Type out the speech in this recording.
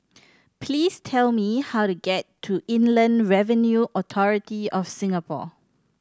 please tell me how to get to Inland Revenue Authority of Singapore